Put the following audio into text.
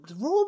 raw